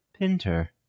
Pinter